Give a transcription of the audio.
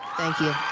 thank you.